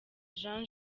jean